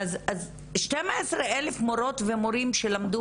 אז 12 אלף מורות ומורים שלמדו